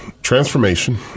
Transformation